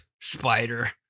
Spider